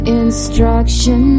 instruction